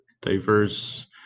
diverse